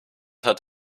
hat